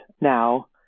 now